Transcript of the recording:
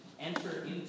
enter